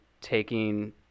taking